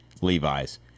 Levi's